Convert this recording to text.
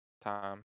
time